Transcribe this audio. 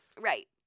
Right